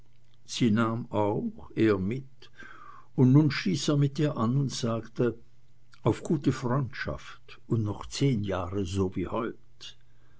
auch er mit und nun stieß er mit ihr an und sagte auf gute freundschaft und noch zehn jahre so wie heut